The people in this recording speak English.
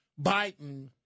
Biden